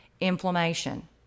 inflammation